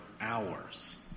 hours